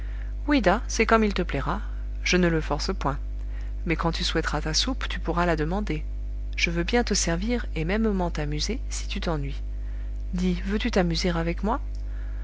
c'est comme il te plaira je ne le force point mais quand tu souhaiteras ta soupe tu pourras la demander je veux bien te servir et mêmement t'amuser si tu t'ennuies dis veux-tu t'amuser avec moi